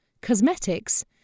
cosmetics